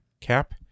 Cap